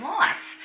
life